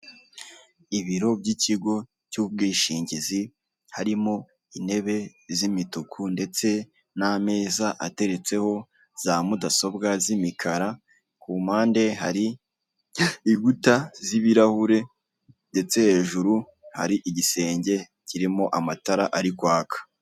Ibiro by'ikigo cy'ubwishingizi harimo intebe z'imituku ndetse n'ameza ateretseho za mudasobwa z'imikara, ku mpande hari inkuta z'ibirahure ndetse hejuru hari igisenge kirimo amatara ari kwaka.